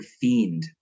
fiend